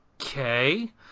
okay